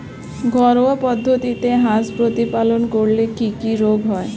ঘরোয়া পদ্ধতিতে হাঁস প্রতিপালন করলে কি কি রোগ হয়?